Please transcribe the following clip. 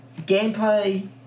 gameplay